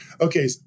Okay